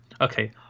okay